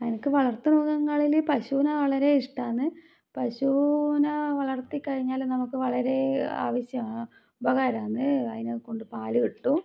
എനിക്ക് വളർത്തുമൃഗങ്ങളിൽ പശുവിനെ വളരെ ഇഷ്ടമാണ് പശുവിനെ വളർത്തികഴിഞ്ഞാൽ നമുക്ക് വളരെ ആവശ്യമാണ് ഉപകാരമാണ് അതിനെ കൊണ്ട് പാൽ കിട്ടും